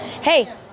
Hey